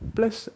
Plus